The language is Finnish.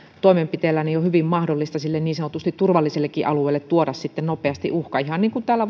toimenpiteillä on hyvin mahdollista sille niin sanotusti turvallisellekin alueelle tuoda nopeasti uhka ihan niin kuin täällä